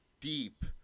deep